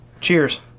Cheers